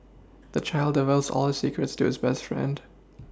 the child divulged all his secrets to his best friend